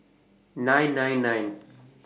nine nine nine